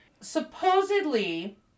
Supposedly